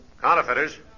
Counterfeiters